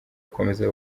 gukomeza